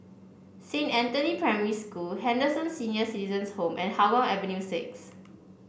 Saint Anthony Primary School Henderson Senior Citizens' Home and Hougang Avenue six